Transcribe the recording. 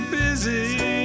busy